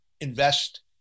invest